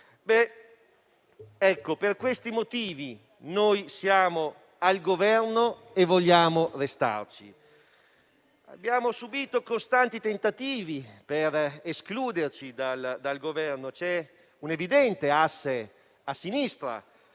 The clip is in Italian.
Per questi motivi noi siamo al Governo e vogliamo restarci. Abbiamo subito costanti tentativi di escluderci dall'Esecutivo; c'è un evidente asse a Sinistra,